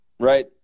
Right